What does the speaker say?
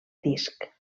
disc